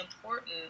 important